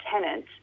tenant